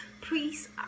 please